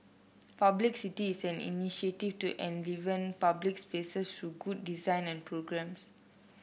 publicity is an initiative to enliven public spaces through good design and programmes